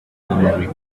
memory